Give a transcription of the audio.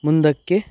ಮುಂದಕ್ಕೆ